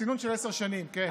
צינון של עשר שנים, כן.